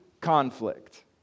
conflict